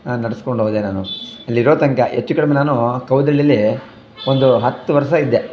ನಡಸ್ಕೊಂಡೋದೆ ನಾನು ಅಲ್ಲಿರೋ ತನಕ ಹೆಚ್ಚು ಕಡಿಮೆ ನಾನು ಕೌದಳ್ಳಿಲಿ ಒಂದು ಹತ್ತು ವರ್ಷ ಇದ್ದೆ